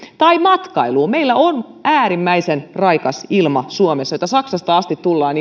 tai matkailuun meillä on äärimmäisen raikas ilma suomessa jota ihan saksasta asti tullaan